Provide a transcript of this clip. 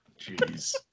Jeez